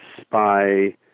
spy